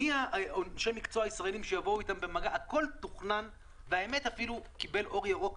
לשמר מקצוענות, לשמר ידע.